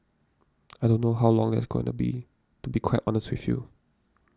I don't know how long that's going to be to be quite honest with you